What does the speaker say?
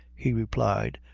he replied,